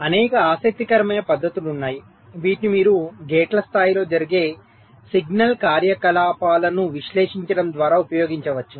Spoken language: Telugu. అనేక ఆసక్తికరమైన పద్ధతులు ఉన్నాయి వీటిని మీరు గేట్ల స్థాయిలో జరిగే సిగ్నల్ కార్యకలాపాలను విశ్లేషించడం ద్వారా ఉపయోగించవచ్చు